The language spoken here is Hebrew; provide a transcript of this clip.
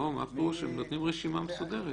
לא, מה פירוש, הם נותנים רשימה מסודרת.